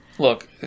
Look